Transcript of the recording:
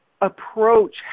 approach